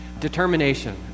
Determination